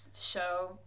show